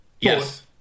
Yes